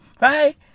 Right